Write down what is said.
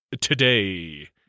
today